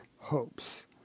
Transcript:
hopes